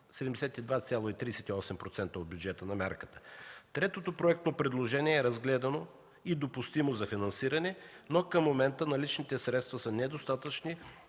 72,38% от бюджета на мярката. Третото проектно предложение е разгледано и допустимо за финансиране, но към момента наличните средства са недостатъчни